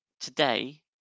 today